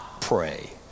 pray